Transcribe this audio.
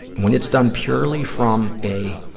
when it's done purely from a